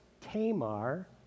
Tamar